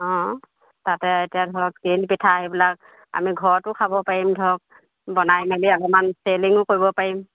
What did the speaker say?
অঁ তাতে এতিয়া ধৰক তিল পিঠা এইবিলাক আমি ঘৰতো খাব পাৰিম ধৰক বনাই মেলি অকণমান চেলিঙো কৰিব পাৰিম